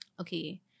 okay